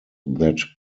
that